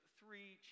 three